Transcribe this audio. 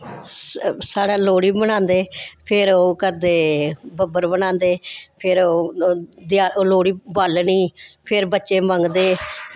साढ़े लोह्ड़ी मनांदे फिर ओह् करदे बब्बर बनांदे फिर ओह् देआ लोह्ड़ी बालनी फिर बच्चे मंगदे